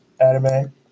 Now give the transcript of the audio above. anime